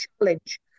challenge